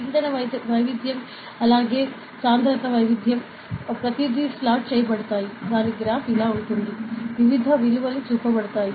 పీడన వైవిధ్యం అలాగే సాంద్రత వైవిధ్యం ప్రతిదీ ప్లాట్ చేయబడతాయి దీని గ్రాఫ్ ఇలా ఉంటుంది వివిధ విలువలు చూపబడతాయి